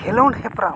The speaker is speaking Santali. ᱠᱷᱮᱞᱳᱸᱰ ᱦᱮᱯᱨᱟᱣ